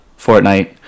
Fortnite